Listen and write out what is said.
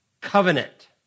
covenant